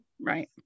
Right